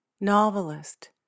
novelist